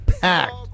packed